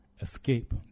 Escape